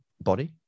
body